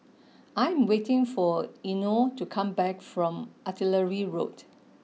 I am waiting for Eino to come back from Artillery Road